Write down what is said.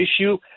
issue